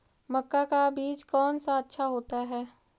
मक्का का बीज कौन सा अच्छा होता है?